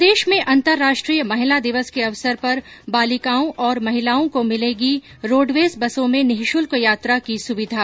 प्रदेश में अंतर्राष्ट्रीय महिला दिवस के अवसर पर बालिकाओं और महिलाओं को मिलेगी रोड़वेज बसों में निशुल्क यात्रा की सुविधा